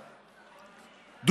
למשל,